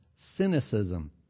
cynicism